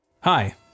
Hi